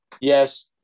Yes